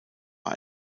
war